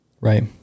right